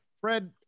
Fred